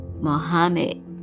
Muhammad